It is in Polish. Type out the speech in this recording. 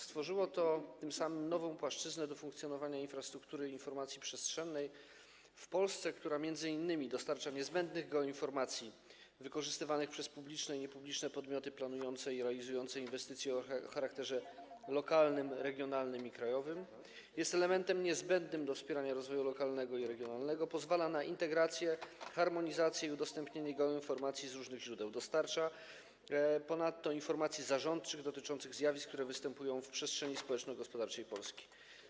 Stworzyło to tym samym nową płaszczyznę funkcjonowania infrastruktury i informacji przestrzennej w Polsce, która m.in. dostarcza niezbędnych geoinformacji wykorzystywanych przez publiczne i niepubliczne podmioty planujące i realizujące inwestycje o charakterze lokalnym, regionalnym i krajowym, jest elementem niezbędnym do wspierania rozwoju lokalnego i regionalnego, pozwala na integrację, harmonizację i udostępnianie geoinformacji z różnych źródeł, a ponadto dostarcza informacji zarządczych dotyczących zjawisk, które występują w przestrzeni społeczno-gospodarczej Polski.